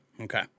Okay